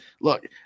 look